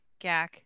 Gak